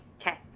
Okay